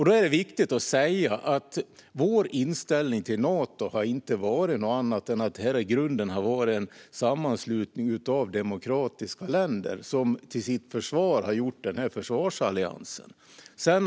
Det är viktigt att säga att vår inställning till Nato inte varit någon annan än att det i grunden är en sammanslutning av demokratiska länder som till sitt försvar har skapat denna försvarsallians.